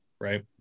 right